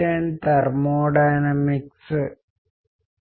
communication లేదా communication పరిచయం ఇక్కడతో ముగియదు అని గ్రహించడం ముఖ్యం